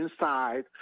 inside